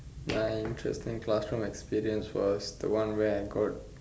my interesting classroom experience was the one where I got